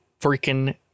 freaking